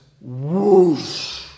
whoosh